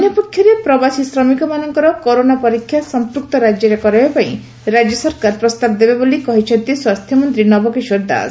ଅନ୍ୟପକ୍ଷରେ ପ୍ରବାସୀ ଶ୍ରମିକ ମାନଙ୍କର କରୋନା ପରୀକ୍ଷା ସଂପୂକ୍ତ ରାଜ୍ୟରେ କରାଇବା ପାଇଁ ରାଜ୍ୟ ସରକାର ପ୍ରସ୍ତାବ ଦେବେ ବୋଲି କହିଛନ୍ତି ସ୍ୱାସ୍ଥ୍ୟ ମନ୍ତୀ ନବ କିଶୋର ଦାସ